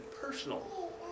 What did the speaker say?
personal